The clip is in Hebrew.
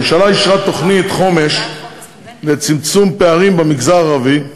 הממשלה אישרה תוכנית חומש לצמצום פערים במגזר הערבי.